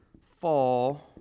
fall